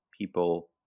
people